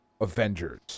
Avengers